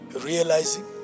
realizing